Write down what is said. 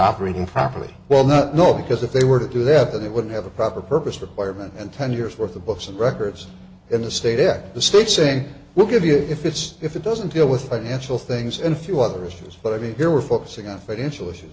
operating properly well not no because if they were to do that that it wouldn't have a proper purpose requirement and ten years worth of books and records in the state in the state saying look if it's if it doesn't deal with financial things and few other issues but i mean here we're focusing on financial issue